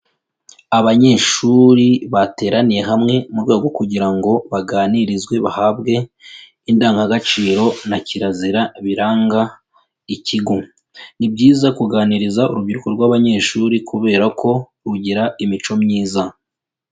Abanyeshuri bateraniye hamwe mu rwego rwo kugira ngo baganirizwe bahabwe indangagaciro na kirazira biranga ikigo, ni byiza kuganiriza urubyiruko rw'abanyeshuri kubera ko rugira imico myiza.